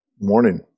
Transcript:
Morning